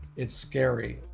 it's scary.